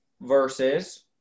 versus